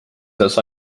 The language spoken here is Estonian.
seas